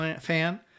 fan